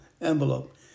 envelope